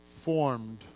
formed